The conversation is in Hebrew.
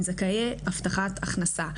הם זכאי הבטחת הכנסה,